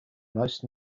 most